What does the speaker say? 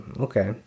Okay